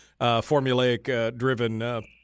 formulaic-driven